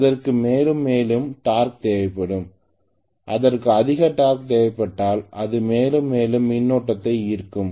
அதற்கு மேலும் மேலும் டார்க் தேவைப்படும் அதற்கு அதிக டார்க் தேவைப்பட்டால் அது மேலும் மேலும் மின்னோட்டத்தை ஈர்க்கும்